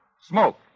Smoke